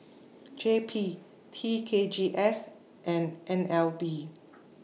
J P T K G S and N L B